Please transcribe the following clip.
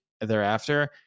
thereafter